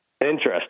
Interesting